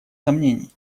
сомнений